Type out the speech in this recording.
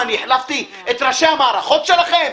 מה אני החלפתי את ראשי המערכות שלכם?